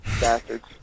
bastards